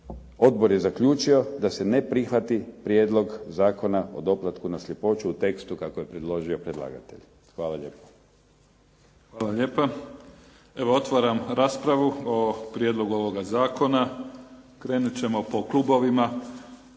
odbor je zaključio da se ne prihvati Prijedlog zakona o doplatku na sljepoću u tekstu kako je predložio predlagatelj. Hvala lijepo. **Mimica, Neven (SDP)** Hvala lijepa. Evo, otvaram raspravu o prijedlogu ovoga zakona. Krenuti ćemo po klubovima.